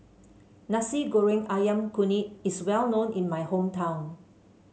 Nasi Goreng ayam Kunyit is well known in my hometown